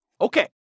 Okay